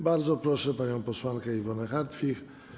Bardzo proszę panią posłankę Iwonę Hartwich.